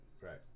Right